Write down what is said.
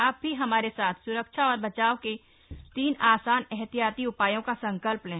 आप भी हमारे साथ स्रक्षा और बचाव के तीन आसान एहतियाती उपायों का संकल्प लें